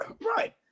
Right